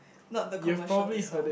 not the commercial the song